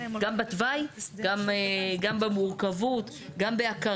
בכל, גם בתוואי, גם במורכבות, גם בהכרה.